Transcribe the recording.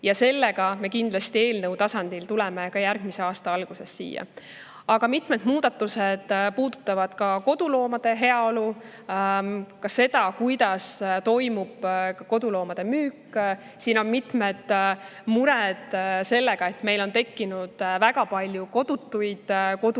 Selle eelnõuga me tuleme kindlasti järgmise aasta alguses siia. Aga mitmed muudatused puudutavad koduloomade heaolu, ka seda, kuidas toimub koduloomade müük. Siin on mitmed mured, sest meil on tekkinud väga palju kodutuid koduloomi